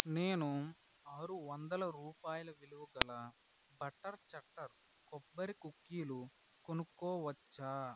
నేను ఆరు వందల రూపాయల విలువగల బటర్ చట్టర్ కొబ్బరి కుకీలు కొనుక్కోవచ్చా